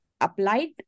applied